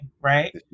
right